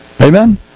Amen